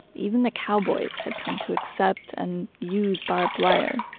even the cowboys had come to accept and use barbed wire,